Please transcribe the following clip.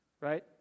Right